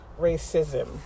Racism